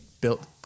built